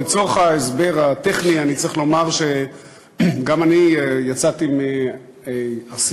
לצורך ההסבר הטכני אני צריך לומר שגם אני יצאתי מאספה,